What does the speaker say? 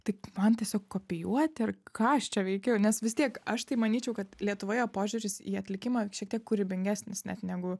tai man tiesiog kopijuoti ir ką aš čia veikiu nes vis tiek aš tai manyčiau kad lietuvoje požiūris į atlikimą šiek tiek kūrybingesnis net negu